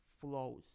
flows